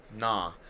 nah